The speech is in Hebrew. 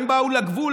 הם באו לגבול,